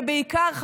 ובעיקר,